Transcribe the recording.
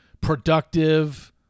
productive